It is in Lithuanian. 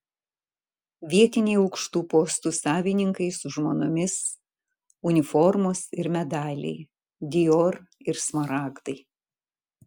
vietiniai aukštų postų savininkai su žmonomis uniformos ir medaliai dior ir smaragdai